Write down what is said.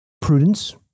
prudence